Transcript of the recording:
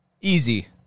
Easy